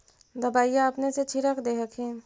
दबइया अपने से छीरक दे हखिन?